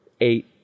eight